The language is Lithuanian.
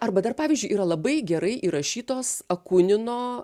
arba dar pavyzdžiui yra labai gerai įrašytos akunino